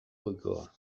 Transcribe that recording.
ohikoa